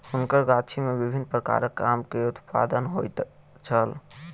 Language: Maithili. हुनकर गाछी में विभिन्न प्रकारक आम के उत्पादन होइत छल